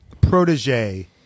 protege